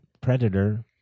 Predator